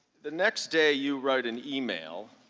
the next day you wrote an email